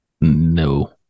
No